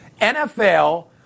NFL